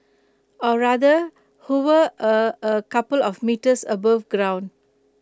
or rather hover A a couple of metres above ground